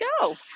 go